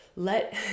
Let